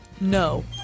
No